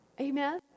amen